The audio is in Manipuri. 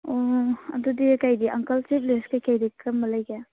ꯑꯣ ꯑꯗꯨꯗꯤ ꯀꯩꯗꯤ ꯑꯪꯀꯜ ꯆꯤꯞ ꯂꯦꯁ ꯀꯩꯀꯩꯗꯤ ꯀꯔꯝꯕ ꯂꯩꯒꯦ